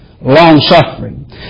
long-suffering